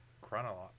Chronology